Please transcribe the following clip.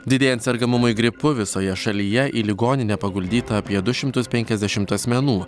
didėjant sergamumui gripu visoje šalyje į ligoninę paguldyta apie du šimtus penkiasdešimt asmenų